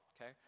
okay